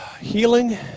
healing